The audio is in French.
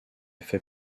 fait